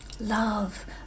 love